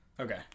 Okay